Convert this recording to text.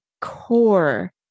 core